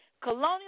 colonial